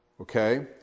Okay